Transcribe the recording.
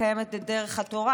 מקיימת את דרך התורה,